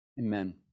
Amen